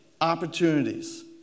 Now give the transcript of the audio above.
opportunities